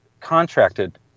contracted